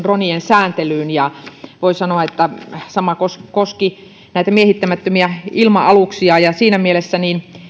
dronejen sääntelyyn ja voi sanoa että sama koski koski miehittämättömiä ilma aluksia siinä mielessä